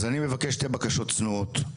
אז אני מבקש שתי בקשות צנועות,